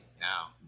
now